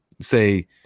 say